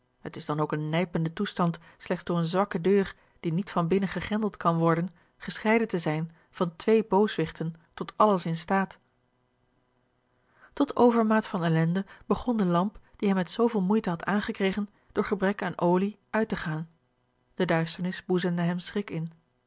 het is dan ook een nijpende toestand slechts door eene zwakke deur die niet van binnen gegrendeld kan worden gescheiden te zijn van twee booswichten tot alles in staat tot overmaat van ellende begon de lamp die hij met zooveel moeite had aangekregen door gebrek aan olie uit te gaan de duisternis boezemde hem schrik in